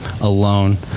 alone